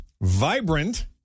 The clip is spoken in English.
Vibrant